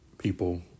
People